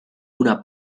una